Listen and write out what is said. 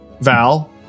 Val